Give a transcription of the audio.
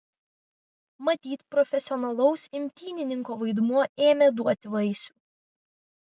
matyt profesionalaus imtynininko vaidmuo ėmė duoti vaisių